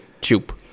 tube